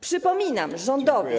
Przypominam rządowi, że.